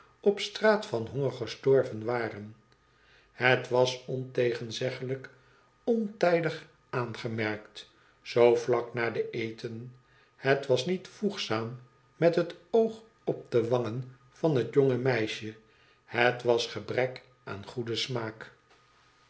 op straat van honger gestorven waren het was ontegenzeglijk ontijdig aangemerkt zoo vlak na den eten het was niet voegzaam met het oog op de wangen van het jonge meisje het was gebrek aan goeden smaak